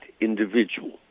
individual